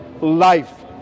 life